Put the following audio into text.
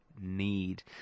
need